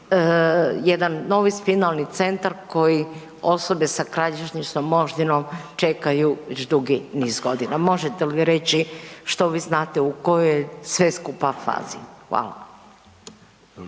jedan novi spinalni centar koji osobe sa kralježničnom moždinom čekaju već dugi niz godina. Možete li reći što vi znate u kojoj je sve skupa fazi? Hvala.